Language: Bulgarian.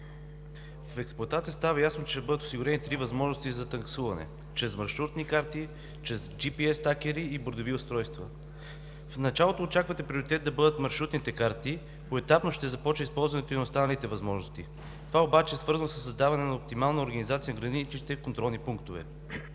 в експлоатация, става ясно, че ще бъдат осигурени три възможности за таксуване – чрез маршрутни карти, чрез GPS тракери и бордови устройства. В началото очаквате приоритет да бъдат маршрутните карти, поетапно ще започне използването и на останалите възможности. Това обаче е свързано със създаване на оптимална организация на граничните контролни пунктове,